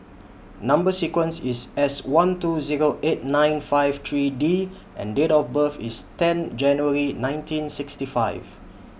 Number sequence IS S one two Zero eight nine five three D and Date of birth IS ten January nineteen sixty five